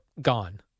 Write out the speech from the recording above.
gone